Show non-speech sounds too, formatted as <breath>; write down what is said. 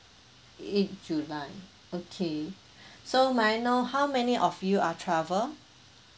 eighth july okay <breath> so may I know how many of you are travel